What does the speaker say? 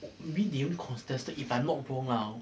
maybe they only contested if I'm not wrong lah